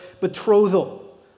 betrothal